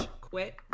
quit